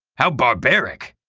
how barbaric!